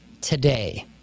today